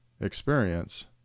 experience